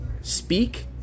speak